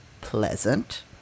pleasant